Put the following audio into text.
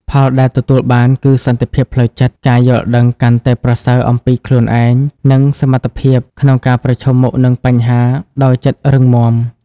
ផលដែលទទួលបានគឺ សន្តិភាពផ្លូវចិត្ត ការយល់ដឹងកាន់តែប្រសើរអំពីខ្លួនឯង និងសមត្ថភាពក្នុងការប្រឈមមុខនឹងបញ្ហាដោយចិត្តរឹងមាំ។